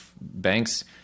banks